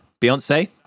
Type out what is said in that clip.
beyonce